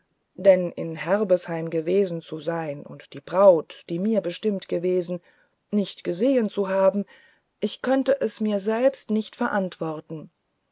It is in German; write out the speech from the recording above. denn in herbesheim gewesen zu sein und die braut die mir bestimmt gewesen nicht gesehen zu haben ich könnte es nicht bei mir selbst verantworten